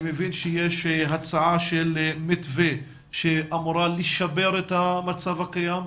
אני מבין שיש הצעה של מתווה שאמורה לשפר את המצב הקיים,